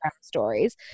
stories